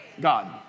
God